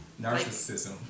Narcissism